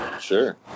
Sure